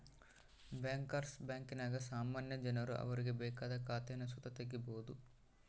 bankers ಬ್ಯಾಂಕಿನಾಗ ಸಾಮಾನ್ಯ ಜನರು ಅವರಿಗೆ ಬೇಕಾದ ಖಾತೇನ ಸುತ ತಗೀಬೋದು